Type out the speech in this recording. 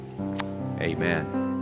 Amen